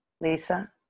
Lisa